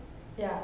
ya